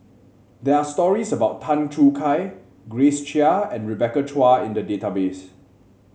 there are stories about Tan Choo Kai Grace Chia and Rebecca Chua in the database